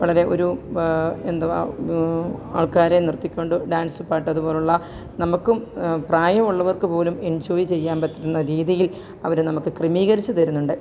വളരെ ഒരു എന്തുവാ ആള്ക്കാരെ നിര്ത്തി കൊണ്ട് ഡാന്സ് പാട്ട് അതുപോലെയുള്ള നമുക്കും പ്രായമുള്ളവര്ക്കു പോലും എന്ജോയ് ചെയ്യാന് പറ്റുന്ന രീതിയില് അവർ നമുക്ക് ക്രമീകരിച്ചു തരുന്നുണ്ട്